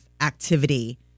activity